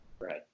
Right